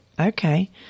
Okay